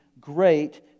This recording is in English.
great